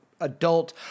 adult